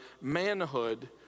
manhood